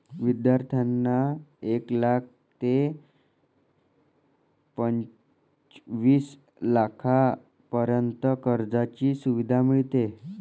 विद्यार्थ्यांना एक लाख ते पंचवीस लाखांपर्यंत कर्जाची सुविधा मिळते